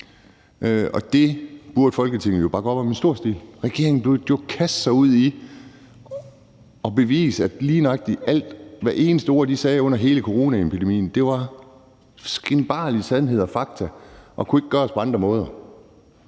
Det burde Folketinget jo bakke op om i stor stil, og regeringen burde jo kaste sig ud i at bevise, at lige nøjagtig alt, hvert eneste ord, de sagde under hele coronaepidemien, var den skinbarlige sandhed og fakta, og at det ikke kunne gøres på andre måder.